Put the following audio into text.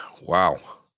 Wow